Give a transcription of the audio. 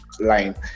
line